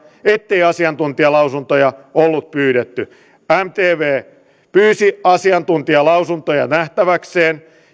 ettei asiantuntijalausuntoja ollut pyydetty mtv kolme pyysi asiantuntijalausuntoja nähtäväkseen